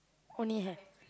only have